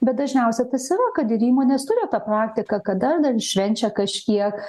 bet dažniausiai tas yra kad ir įmonės turi tą praktiką kad ar ten švenčia kažkiek